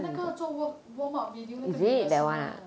那个做 warm warm up video 那个女的的是吗